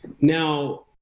Now